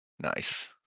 nice